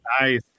Nice